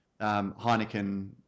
Heineken